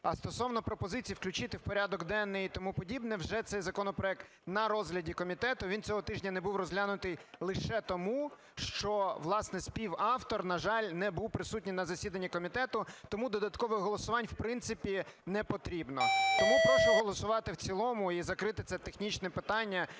А стосовно пропозиції включити в порядок денний і тому подібне, вже цей законопроект на розгляді комітету, він цього тижня не був розглянутий лише тому, що, власне, співавтор, на жаль, не був присутній на засіданні комітету. Тому додаткове голосування, в принципі, потрібно. Тому прошу голосувати в цілому і закрити це технічне питання.